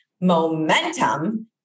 Momentum